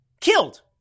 killed